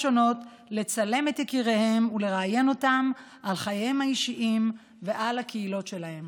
לצלם את יקיריהן ולראיין אותם על חייהם האישיים ועל הקהילות שלהם.